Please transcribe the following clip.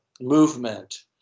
movement